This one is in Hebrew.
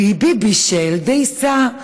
ביבי בישל דייסה,